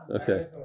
Okay